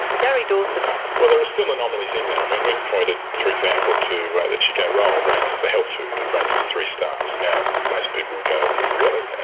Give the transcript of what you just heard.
gary dawson well, there are still anomalies in there. i mean, we've pointed for example to the chiko roll rates as a health food, it rates as three stars. now, most people would go, really?